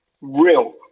real